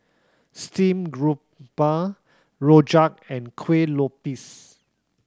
steamed grouper Rojak and Kuih Lopes